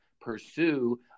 pursue